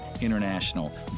International